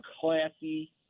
classy